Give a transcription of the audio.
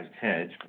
head